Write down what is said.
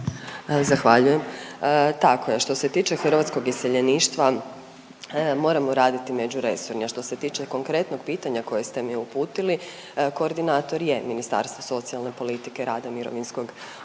Zahvaljujem. Tako je, što se tiče hrvatskog iseljeništva, moramo raditi međuresorni, a što se tiče konkretnog pitanja koje ste mi uputili, koordinator je Ministarstvo socijalne politike, rada, mirovinskog